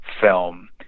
film